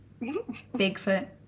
Bigfoot